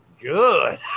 good